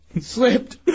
slipped